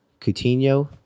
Coutinho